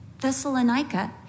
Thessalonica